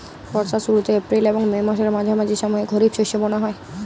বর্ষার শুরুতে এপ্রিল এবং মে মাসের মাঝামাঝি সময়ে খরিপ শস্য বোনা হয়